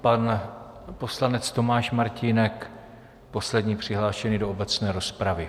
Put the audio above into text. Pan poslanec Tomáš Martínek, poslední přihlášený do obecné rozpravy.